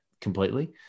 completely